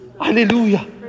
hallelujah